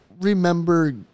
remember